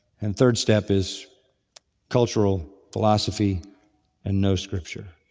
and third step is cultural philosophy and no scripture,